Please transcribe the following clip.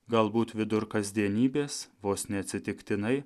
galbūt vidur kasdienybės vos neatsitiktinai